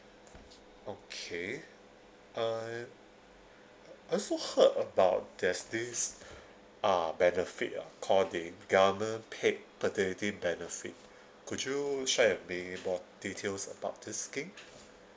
okay uh I also heard about there's this uh benefit ah called the government paid paternity benefit could you share with me more details about this scheme